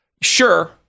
sure